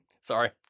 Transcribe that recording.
Sorry